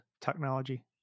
technology